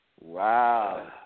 Wow